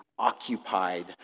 occupied